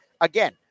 Again